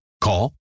Call